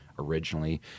Originally